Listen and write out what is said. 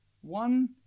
One